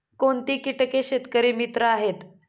कोणती किटके शेतकरी मित्र आहेत?